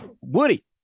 Woody